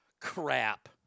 Crap